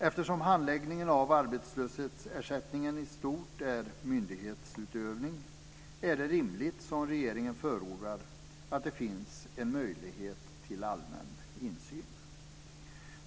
Eftersom handläggningen av arbetslöshetsersättningen i stort är myndighetsutövning är det rimligt, som regeringen förordar, att det finns en möjlighet till allmän insyn.